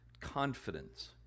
confidence